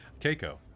Keiko